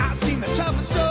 seen the toughest